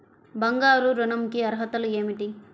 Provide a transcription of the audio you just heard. బంగారు ఋణం కి అర్హతలు ఏమిటీ?